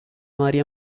maria